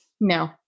No